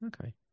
Okay